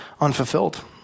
unfulfilled